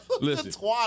Listen